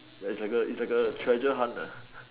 is like a is like a treasure hunt